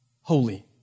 holy